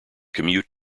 commute